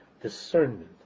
discernment